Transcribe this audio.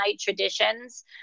traditions